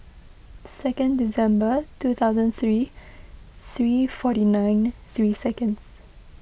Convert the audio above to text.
second December two thousand three three forty nine three seconds